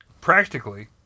Practically